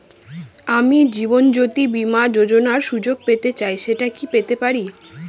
আমি জীবনয্যোতি বীমা যোযোনার সুযোগ পেতে চাই সেটা কি পেতে পারি?